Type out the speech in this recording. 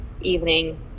evening